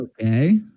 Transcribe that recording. Okay